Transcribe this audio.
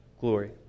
glory